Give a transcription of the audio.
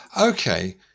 Okay